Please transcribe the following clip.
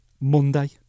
Monday